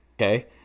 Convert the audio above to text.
okay